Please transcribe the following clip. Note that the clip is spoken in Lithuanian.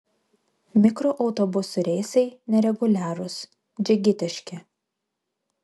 mikroautobusų reisai nereguliarūs džigitiški